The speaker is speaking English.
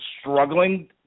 struggling